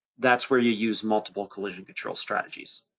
that's where you use multiple collision control strategies.